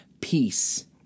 peace